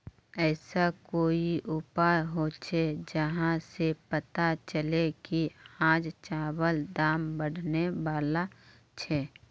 ऐसा कोई उपाय होचे जहा से पता चले की आज चावल दाम बढ़ने बला छे?